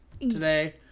today